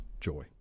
joy